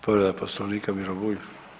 Povreda Poslovnika Miro Bulj.